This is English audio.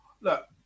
Look